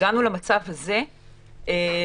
הגענו למצב הזה למעשה,